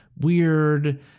weird